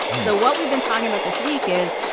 so what we've been talking about this week is,